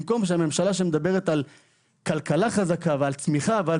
במקום שהממשלה שמדברת על כלכלה חזקה ועל צמיחה ועל